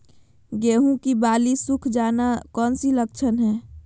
गेंहू की बाली सुख जाना कौन सी लक्षण है?